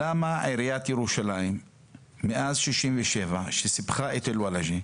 למה עיריית ירושלים מאז 1967 כשהיא סיפחה את אל וולאג'ה,